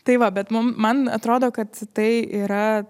tai va bet mum man atrodo kad tai yra